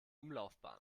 umlaufbahn